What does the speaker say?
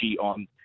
on